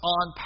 on